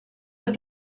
but